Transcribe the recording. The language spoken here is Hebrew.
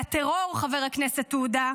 והטרור, חבר הכנסת עודה,